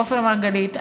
עופר מרגלית,